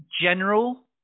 general